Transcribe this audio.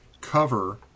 cover